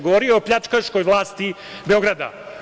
Govorio je o pljačkaškoj vlasti Beograda.